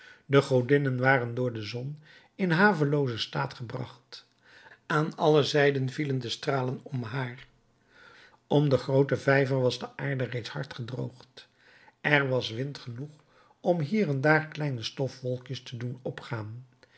de godinnen waren door de zon in haveloozen staat gebracht aan alle zijden vielen de stralen om haar om den grooten vijver was de aarde reeds hard gedroogd er was wind genoeg om hier en daar kleine stofwolkjes te doen opgaan